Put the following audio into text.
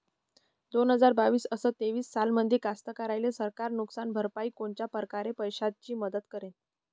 दोन हजार बावीस अस तेवीस सालामंदी कास्तकाराइले सरकार नुकसान भरपाईची कोनच्या परकारे पैशाची मदत करेन?